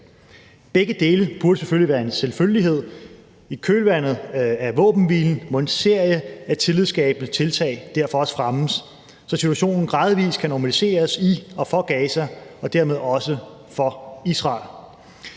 Begge dele burde være en selvfølgelighed. I kølvandet på våbenhvilen må en serie af tillidsskabende tiltag derfor også fremmes, så situationen gradvis skal normaliseres i og for Gaza og dermed også for Israel.